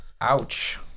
Ouch